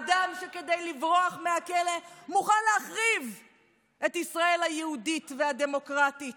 אדם שכדי לברוח מהכלא מוכן להחריב את ישראל היהודית והדמוקרטית.